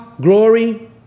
glory